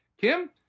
Kim